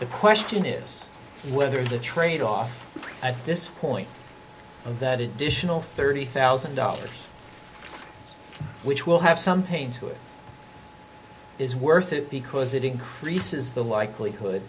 the question is whether the trade off i think this point of that additional thirty thousand dollars which will have some pain to it is worth it because it increases the likelihood